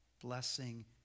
Blessing